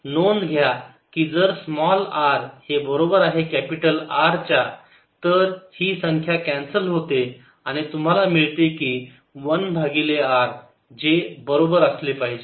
नोंद घ्या की जर स्मॉल r हे बरोबर आहे कॅपिटल R च्या तर ही संख्या कॅन्सल होते आणि तुम्हाला मिळते की 1 भागिले r जे बरोबर असले पाहिजे